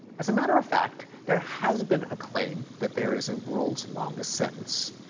as a matter of fact, there has been a claim that there is a world's longest sentence.